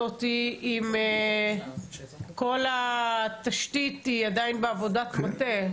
הזאת אם כל התשתית עדיין נמצאת בעבודת מטה.